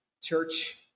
church